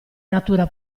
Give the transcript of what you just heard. natura